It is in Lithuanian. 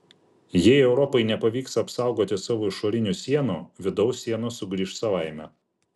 jei europai nepavyks apsaugoti savo išorinių sienų vidaus sienos sugrįš savaime